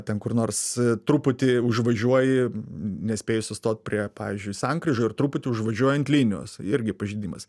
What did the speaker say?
ten kur nors truputį užvažiuoji nespėji sustot prie pavyzdžiui sankryža ir truputį užvažiuoji ant linijos irgi pažeidimas